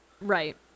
Right